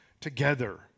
together